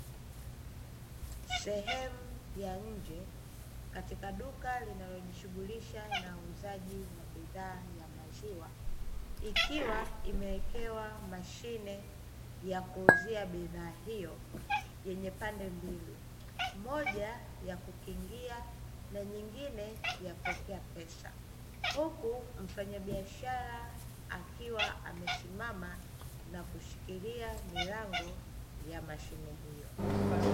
Sehemu ya nje, katika duka linalojishughulisha na uuzaji wa bidhaa ya maziwa, ikiwa imewekewa mashine ya kuuzia bidhaa hiyo yenye pande mbili; moja ya kukingia na nyingine ya kuwekea pesa. Huku mfanyabiashara akiwa amesimama na kushikilia milango ya mashine hiyo.